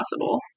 possible